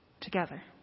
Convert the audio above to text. together